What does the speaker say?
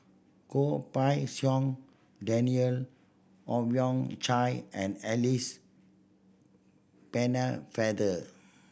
Goh Pei Siong Daniel Owyang Chi and Alice Pennefather